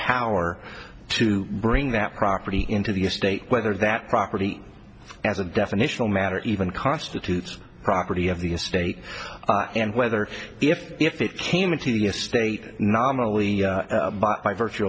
power to bring that property into the estate whether that property as a definitional matter even constitutes property of the estate and whether if if it came into the estate nominally by virtue